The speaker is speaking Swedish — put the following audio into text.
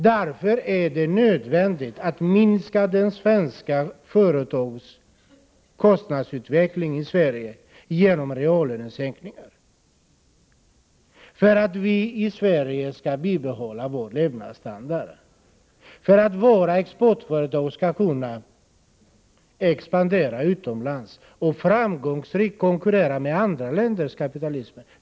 Därför är det nödvändigt att minska de svenska företagens kostnadsutveckling genom reallönesänkningar. Detta krävs för att vi i Sverige skall kunna bibehålla vår levnadsstandard. Ert resonemang går alltså ut på att våra exportföretag måste kunna expandera och framgångsrikt konkurrera med företag i andra kapitalistländer.